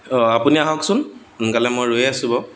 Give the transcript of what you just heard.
অঁ আপুনি আহকচোন সোনকালে মই ৰৈ আছোঁ বাৰু